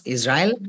Israel